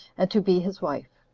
and to be his wife.